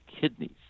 kidneys